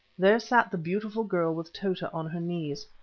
there sat the beautiful girl with tota on her knees.